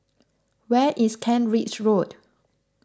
where is Kent Ridge Road